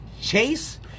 Chase